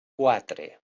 quatre